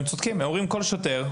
הם אומרים שכל שוטר,